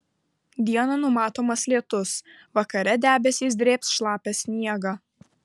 dieną numatomas lietus vakare debesys drėbs šlapią sniegą